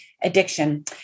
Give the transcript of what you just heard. addiction